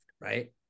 right